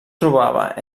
trobava